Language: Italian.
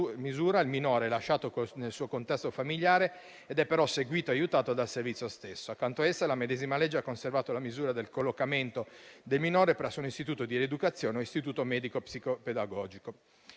il minore, lasciato nel suo contesto familiare, è però seguito e aiutato dal servizio stesso. Accanto ad essa, la medesima legge ha conservato la misura del collocamento del minore presso un istituto di rieducazione o istituto medico psicopedagogico.